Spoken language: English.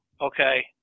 Okay